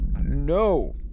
no